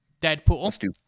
Deadpool